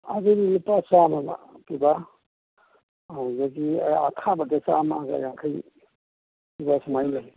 ꯑꯗꯨꯗꯤ ꯂꯨꯄꯥ ꯆꯥꯃꯒ ꯄꯤꯕ ꯑꯗꯨꯗꯒꯤ ꯑꯈꯥꯕꯗ ꯆꯥꯃꯒ ꯌꯥꯡꯈꯩ ꯄꯤꯕ ꯁꯨꯃꯥꯏ ꯂꯩ